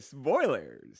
spoilers